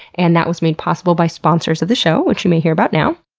and that was made possible by sponsors of the show which you may hear about now.